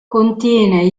contiene